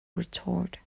retort